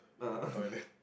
the toilet